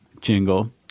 jingle